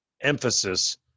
emphasis